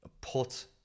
put